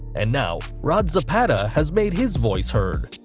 and now rod zapata has made his voice heard.